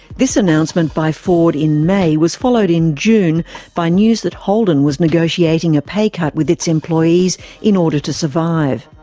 this announcement by ford in may was followed in june by news that holden was negotiating a pay cut with its employees in order to survive.